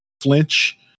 flinch